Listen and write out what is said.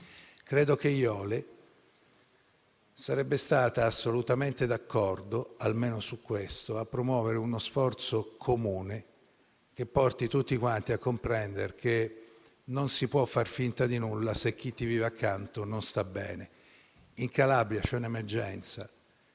Credo che Jole sarebbe stata assolutamente d'accordo, almeno su questo, a promuovere uno sforzo comune che porti tutti quanti a comprendere che non si può far finta di nulla se chi ti vive accanto non sta bene. In Calabria c'è un'emergenza